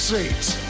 Seats